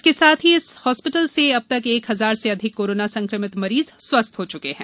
इसके साथ ही इस हॉस्पिटल से अब तक एक हजार से अधिक कोरोना संक्रमित मरीज स्वस्थ हो चुके हैं